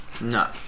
No